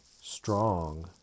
strong